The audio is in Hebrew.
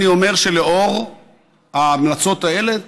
אני אומר שלאור ההמלצות האלה,